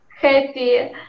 happy